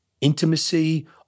intimacy